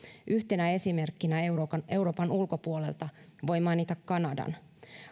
yhtenä esimerkkinä euroopan euroopan ulkopuolelta voi mainita kanadan